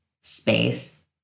space